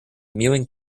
mewing